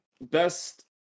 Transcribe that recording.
best